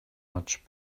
much